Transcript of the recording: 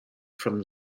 from